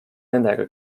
nendega